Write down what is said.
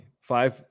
Five